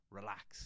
relax